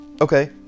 Okay